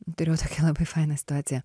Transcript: turėjau tokią labai fainą situaciją